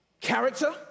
Character